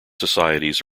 societies